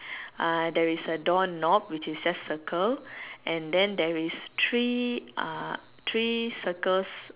uh there is a door knob which is just circle and then there is three uh three circles